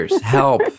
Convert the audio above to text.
Help